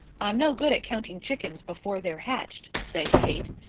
i'm no good at counting chickens before they're hatched said kate.